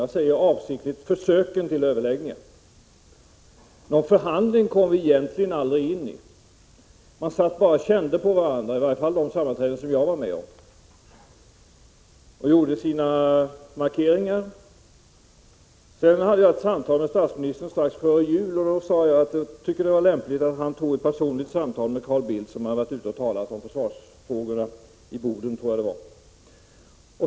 Jag säger avsiktligt försöken till överläggningar, för någon förhandling kom vi egentligen aldrig in i. Vi satt så att säga bara och kände på varandra, åtminstone vid de sammanträden som jag var med om, och gjorde våra markeringar. Sedan hade jag ett samtal med statsministern strax före jul, och då sade jag att jag tyckte det var lämpligt att han tog ett personligt samtal med Carl Bildt, som hade varit ute och talat om försvarsfrågorna — i Boden, tror jag det var.